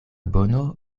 bono